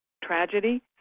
tragedy